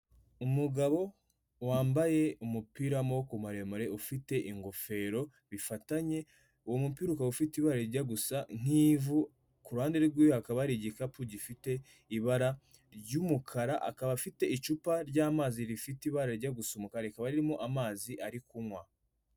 Umugabo wambaye umupiramaboko maremare ufite ingofero bifatanye, uwo mubyiruka ufite ibara rijya gusa nk'ivu, kuruhande rwe hakaba hari igikapu gifite ibara ry'umukara akaba afite icupa ry'amazi rifite ibara rijya gusaka umukara rikaba ririmo amazi yo kunywa.